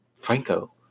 Franco